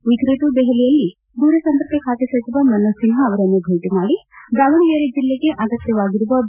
ಈ ಕುರಿತು ದೆಹಲಿಯಲ್ಲಿ ದೂರ ಸಂಪರ್ಕ ಖಾತೆ ಸಚಿವ ಮನೋಜ್ ಸಿನ್ಜಾರವರನ್ನು ಭೇಟಿ ಮಾದಿ ದಾವಣಗೆರೆ ಜಿಲ್ಲೆಗೆ ಅಗತ್ಯವಾಗಿರುವ ಬಿ